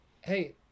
Hey